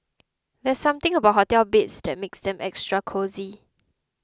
there's something about hotel beds that makes them extra cosy